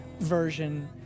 version